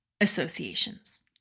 associations